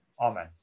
Amen